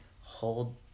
hold